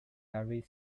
larry